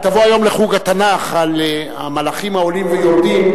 תבוא היום לחוג התנ"ך על המלאכים העולים ויורדים,